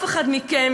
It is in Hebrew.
אם אף אחד מכם,